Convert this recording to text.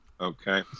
Okay